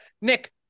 Nick